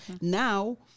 Now